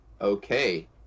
okay